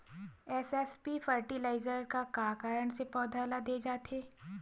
SSP fertiliser का कारण से पौधा ल दे जाथे?